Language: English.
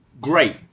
great